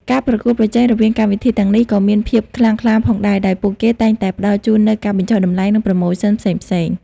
ការប្រកួតប្រជែងរវាងកម្មវិធីទាំងនេះក៏មានភាពខ្លាំងក្លាផងដែរ ដោយពួកគេតែងតែផ្តល់ជូននូវការបញ្ចុះតម្លៃ និងប្រូម៉ូសិនផ្សេងៗ។